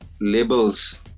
labels